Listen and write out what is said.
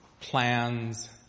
plans